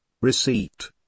Receipt